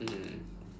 um